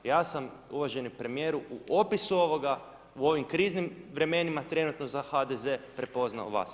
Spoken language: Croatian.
Ja sam uvaženi premijeru u opisu ovoga, u ovim kriznim vremenima trenutno za HDZ prepoznao vas.